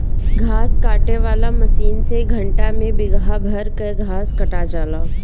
घास काटे वाला मशीन से घंटा में बिगहा भर कअ घास कटा जाला